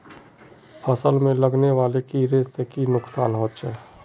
फसल में लगने वाले कीड़े से की नुकसान होचे?